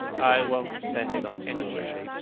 i won't send it anywhere.